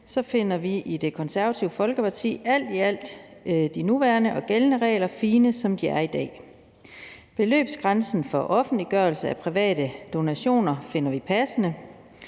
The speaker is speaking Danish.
finder vi i Det Konservative Folkeparti alt i alt de nuværende og gældende regler fine, som de er i dag. Beløbsgrænsen for offentliggørelse af private donationer finder vi passende.